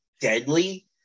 deadly